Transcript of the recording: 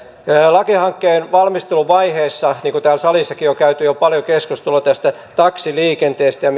lakihankkeen valmisteluvaiheessa niin kuin täällä salissakin on käyty jo paljon keskustelua tästä taksiliikenteestä ja